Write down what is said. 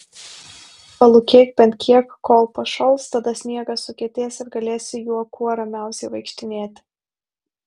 palūkėk bent kiek kol pašals tada sniegas sukietės ir galėsi juo kuo ramiausiai vaikštinėti